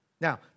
Now